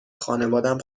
خانوادم